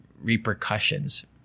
repercussions